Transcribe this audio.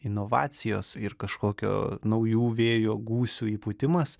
inovacijos ir kažkokio naujų vėjo gūsių įpūtimas